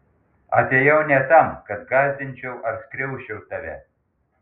atėjau ne tam kad gąsdinčiau ar skriausčiau tave